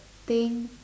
thing